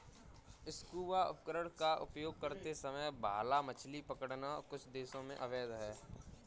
scuba उपकरण का उपयोग करते समय भाला मछली पकड़ना कुछ देशों में अवैध है